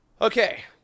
Okay